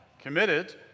committed